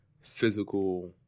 physical